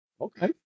Okay